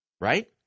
Right